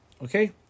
Okay